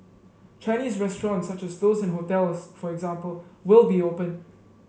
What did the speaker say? Chinese restaurants such as those in hotels for example will be open